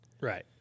Right